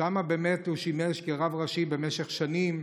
שם הוא שימש כרב ראשי במשך שנים,